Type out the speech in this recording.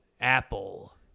apple